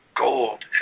gold